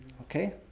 Okay